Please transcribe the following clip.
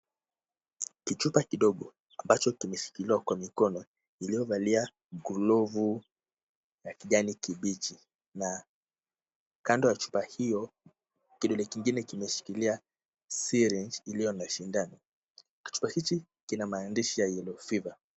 Chupa kidogo ambacho kimeshikiliwa kwa mikono iliyovalia glovu ya kijani kibichi. Kando ya chupa hiyo kuna kingine kimeshikilia syringe iliyo na sindano. Chupa hiki kina maandishi ya Yellow fever .